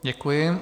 Děkuji.